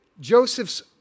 Joseph's